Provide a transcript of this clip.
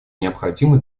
необходимы